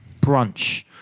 brunch